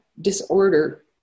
disorder